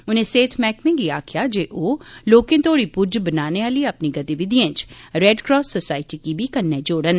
उन्ने सेहत मैहकमे गी आखेआ जे ओह लोकें तोहड़ी पज्ज बनाने आहली अपनी गतिविधिएं च रेड क्रास सोसायटी गी बी कन्नै जोड़न